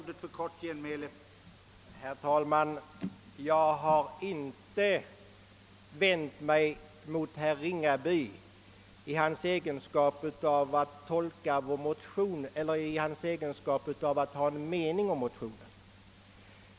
Herr talman! Jag har inte vänt mig mot herr Ringaby för det sätt på vilket han tolkar vår motion eller för att han har en mening om denna motion.